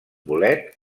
bolet